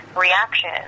reaction